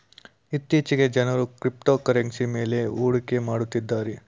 ಇತ್ತೀಚೆಗೆ ಜನರು ಕ್ರಿಪ್ತೋಕರೆನ್ಸಿ ಮೇಲು ಹೂಡಿಕೆ ಮಾಡುತ್ತಿದ್ದಾರೆ